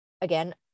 again